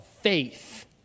Faith